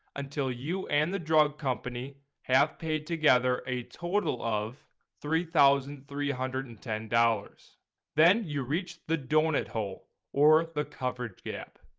until you and the drug company have paid together a total of three thousand three hundred and ten dollars then you reach the donut hole or the coverage gap.